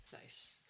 Nice